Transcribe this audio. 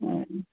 হ্যাঁ